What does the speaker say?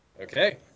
Okay